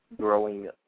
growing